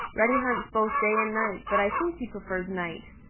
reddy hunts both day and night, but i think he prefers night.